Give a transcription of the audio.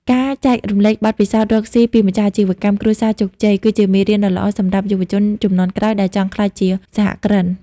ការចែករំលែកបទពិសោធន៍រកស៊ីពីម្ចាស់អាជីវកម្មគ្រួសារជោគជ័យ គឺជាមេរៀនដ៏ល្អសម្រាប់យុវជនជំនាន់ក្រោយដែលចង់ក្លាយជាសហគ្រិន។